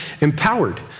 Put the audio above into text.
empowered